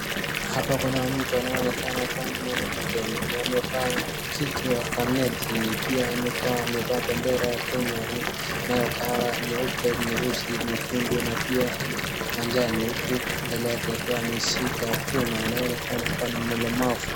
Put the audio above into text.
Hapa kuna mtu anayeonekana kuwa ni mwanamke mwenye amevaa kichwa kaneti pia amevaa bendera ya Kenya nayo colour nyeupe, nyeusi ,nyekundu na pia majani huku mbele yake akiwa ameishika chuma inayoonekana kuwa ni mlemavu.